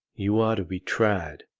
you are to be tried,